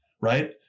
right